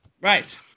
Right